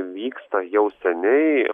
vyksta jau seniai